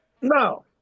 No